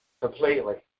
completely